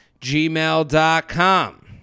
gmail.com